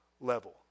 level